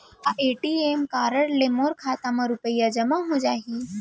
का ATM card ले मोर खाता म रुपिया जेमा हो जाही?